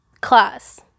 class